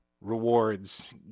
rewards